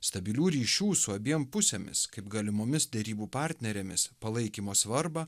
stabilių ryšių su abiem pusėmis kaip galimomis derybų partnerėmis palaikymo svarbą